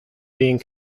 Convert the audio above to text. being